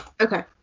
Okay